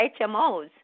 HMOs